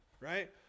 right